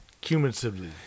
cumulatively